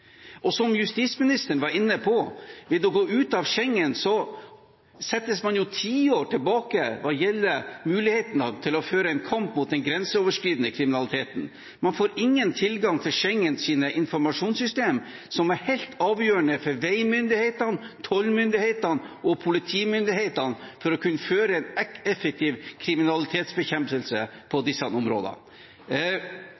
Og som justisministeren var inne på: Ved å gå ut av Schengen-samarbeidet settes man tiår tilbake hva gjelder muligheten til å føre kamp mot den grenseoverskridende kriminaliteten. Man får ingen tilgang til Schengens informasjonssystem, som er helt avgjørende for veimyndighetene, tollmyndighetene og politimyndighetene for å kunne føre en effektiv kriminalitetsbekjempelse på